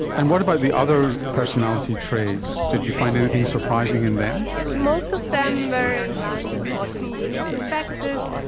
and what about the other personality traits? did you find anything surprising in them? most of them were in line with what we expected.